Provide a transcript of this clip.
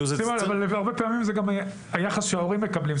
הרבה פעמים זה גם היחס שההורים מקבלים.